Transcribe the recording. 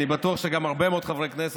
אני בטוח שגם הרבה מאוד חברי כנסת,